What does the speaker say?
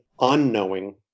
unknowing